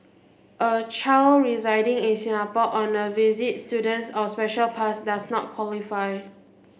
a child residing in Singapore on a visit student's or special pass does not qualify